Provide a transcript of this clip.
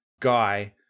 guy